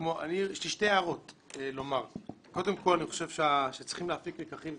שתי הערות: קודם כל צריך להפיק לקחים,